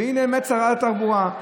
והינה, שרת התחבורה,